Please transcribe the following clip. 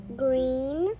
green